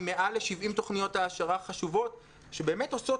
עם יותר מ-70 תוכניות העשרה חשובות שבאמת עושות